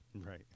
right